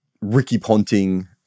ricky-ponting –